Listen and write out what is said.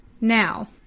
Now